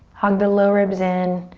hug the lower ribs in,